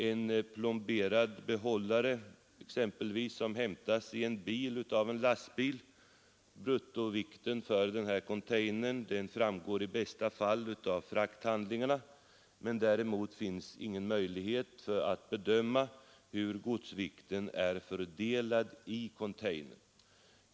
En plomberad behållare hämtas t.ex. i en hamn av lastbil. Bruttovikten för containern framgår i bästa fall av frakthandlingarna, men däremot finns ingen möjlighet att bedöma hur godsvikten är fördelad i containern.